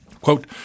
Quote